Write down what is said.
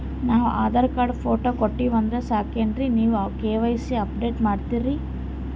ನಾವು Aadhaar card, photo ಕೊಟ್ಟೀವಂದ್ರ ಸಾಕೇನ್ರಿ ನೀವ ಕೆ.ವೈ.ಸಿ ಅಪಡೇಟ ಮಾಡ್ತೀರಿ?